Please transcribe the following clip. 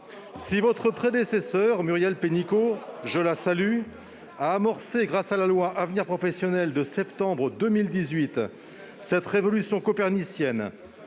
Si votre prédécesseure, Muriel Pénicaud, que je salue, a amorcé, grâce à la loi Avenir professionnel de septembre 2018, cette révolution copernicienne,